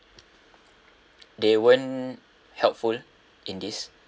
they weren't helpful in this